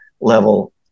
level